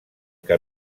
que